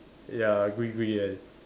ya gui gui I